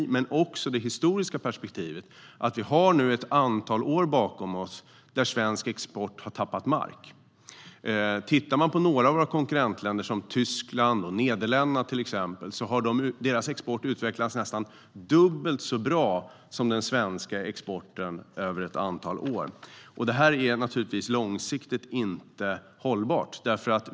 Men det finns också ett historiskt perspektiv, att vi nu har ett antal år bakom oss där svensk export har tappat mark. Om man tittar på några av våra konkurrentländer, som Tyskland och Nederländerna, har deras export utvecklats nästan dubbelt så bra som den svenska exporten under ett antal år. Detta är naturligtvis inte långsiktigt hållbart.